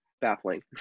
baffling